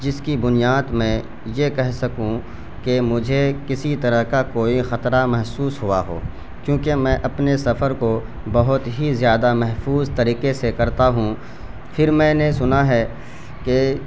جس کی بنیاد میں یہ کہہ سکوں کہ مجھے کسی طرح کا کوئی خطرہ محسوس ہوا ہو کیونکہ میں اپنے سفر کو بہت ہی زیادہ محفوظ طریقے سے کرتا ہوں پھر میں نے سنا ہے کہ